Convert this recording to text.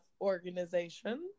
organization